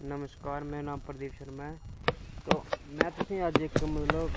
नमस्कार मेरा नां प्रदीप शर्मा ऐ ते में तुसेंगी अज्ज इक्क मतलव